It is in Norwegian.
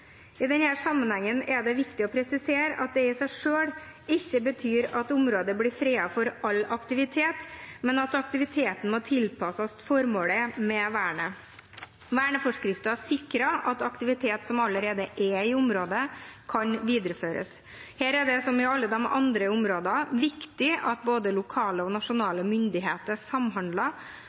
I denne sammenhengen er det viktig å presisere at det i seg selv ikke betyr at området blir fredet for all aktivitet, men at aktiviteten må tilpasses formålet med vernet. Verneforskriften sikrer at aktivitet som allerede er i området, kan videreføres. Her er det, som i alle andre områder, viktig at både lokale og nasjonale myndigheter samhandler,